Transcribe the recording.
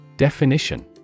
Definition